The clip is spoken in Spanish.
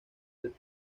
del